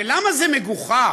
ולמה זה מגוחך?